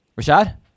Rashad